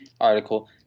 article